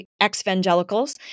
ex-evangelicals